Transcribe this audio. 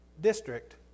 district